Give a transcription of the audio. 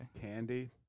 Candy